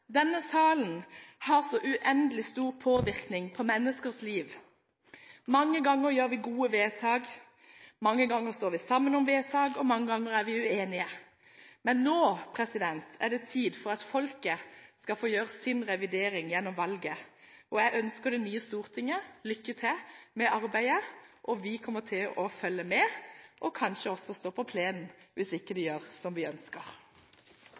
Denne salen har så uendelig stor påvirkning på menneskers liv. Mange ganger gjør vi gode vedtak, mange ganger står vi sammen om vedtak og mange ganger er vi uenige. Men nå er det tid for at folket skal få gjøre sin revidering gjennom valget. Jeg ønsker det nye stortinget lykke til med arbeidet. Vi kommer til å følge med og kanskje også stå på plenen hvis de ikke gjør som vi ønsker.